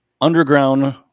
Underground